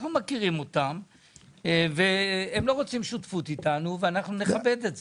הם לא רוצים שותפות אתנו ואנחנו נכבד את זה.